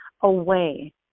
away